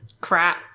crap